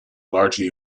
largely